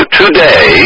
today